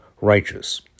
righteous